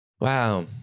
Wow